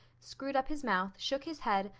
screwed up his mouth, shook his head,